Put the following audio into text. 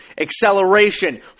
acceleration